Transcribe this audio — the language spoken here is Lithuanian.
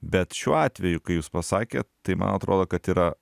bet šiuo atveju kai jūs pasakėt tai man atrodo kad yra